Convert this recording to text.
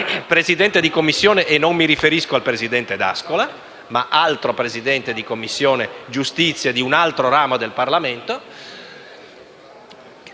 Presidente di Commissione, e non mi riferisco al presidente D'Ascola, ma ad altro Presidente di Commissione giustizia di un altro ramo del Parlamento,